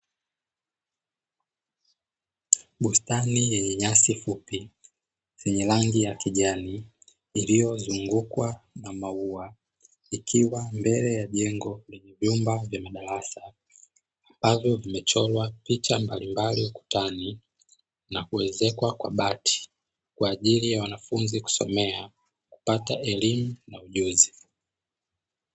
Bustani yenye nyasi fupi zenye rangi ya kijani iliyozungukwa na maua ikiwa mbele ya jengo lenye vyumba vya madarasa ambavyo vimechorwa picha mbalimbali ukutani na kuezekwa kwa bati kwa ajili ya wanafunzi kusomea, kupata elimu na ujuzi.